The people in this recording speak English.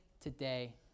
today